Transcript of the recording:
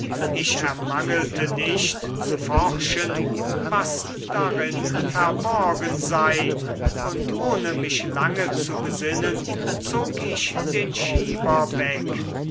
ich ermangelte nicht zu forschen was darin verborgen sei und ohne mich lange zu besinnen zog ich den schieber weg